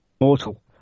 mortal